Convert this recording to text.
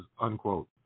unquote